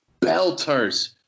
belters